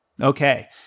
Okay